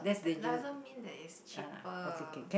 doesn't mean that it's cheaper